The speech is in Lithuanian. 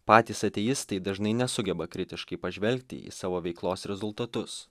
patys ateistai dažnai nesugeba kritiškai pažvelgti į savo veiklos rezultatus